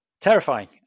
terrifying